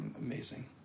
amazing